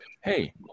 Hey